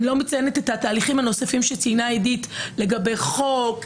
אני לא מציינת את התהליכים הנוספים שציינה עדית לגבי חוק,